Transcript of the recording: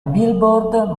billboard